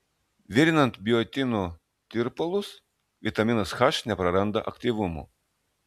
virinant biotino tirpalus vitaminas h nepraranda aktyvumo